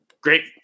great